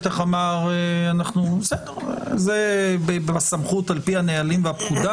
זה בסמכות על פי הנהלים והפקודה,